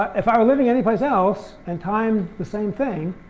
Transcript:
if i were living any place else and timed the same thing,